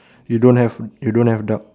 you don't have you don't have duck